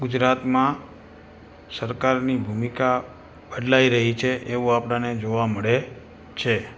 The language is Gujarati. ગુજરાતમાં સરકારની ભૂમિકા બદલાઇ રહી છે એવું આપણને જોવા મળે છે